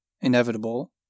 inevitable